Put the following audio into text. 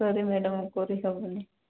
ସରି madam କରି ହେବନି